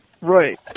Right